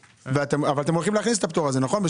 אתם הולכים להכניס את זה, נכון?